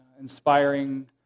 inspiring